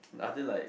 are they like